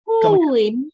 Holy